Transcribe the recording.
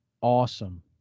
awesome